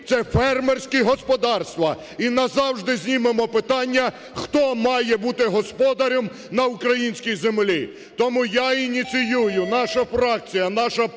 це фермерські господарства. І назавжди знімемо питання, хто має бути господарем на українській землі. Тому я ініціюю, наша фракція, наша партія